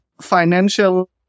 financial